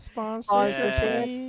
Sponsorship